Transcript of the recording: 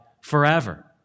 forever